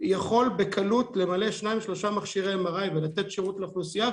יכול בקלות למלא 2-3 מכשירי MRI ולתת שירות לאוכלוסייה,